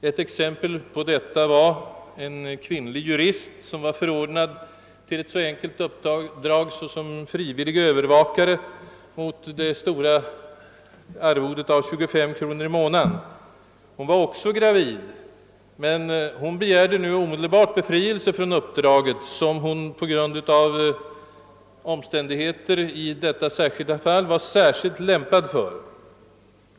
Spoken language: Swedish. Ett exempel på detta var ett fall med en kvinnlig jurist som var förordnad på ett så enkelt uppdrag som att vara frivillig övervakare mot det »stora» arvodet av 25 kronor i månaden. Hon var också gravid, men hon ansåg sig tvungen begära omedelbar befrielse från uppdraget, som hon på grund av omständigheterna i detta speciella fall var särskilt lämpad för.